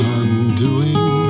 undoing